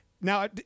Now